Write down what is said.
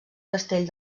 castell